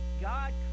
God